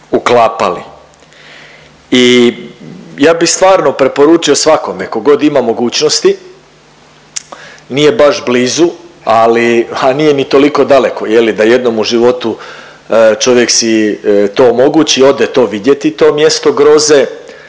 uklapali. I ja bi stvarno preporučio svakome kogod ima mogućnosti, nije baš blizu, ali nije ni toliko ni daleko da jednom u životu čovjek si to omogući i ode to vidjeti, to mjesto groze.